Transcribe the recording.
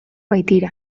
baitira